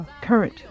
current